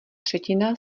třetina